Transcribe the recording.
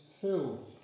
filled